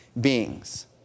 beings